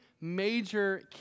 major